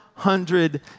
hundred